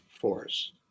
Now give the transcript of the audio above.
force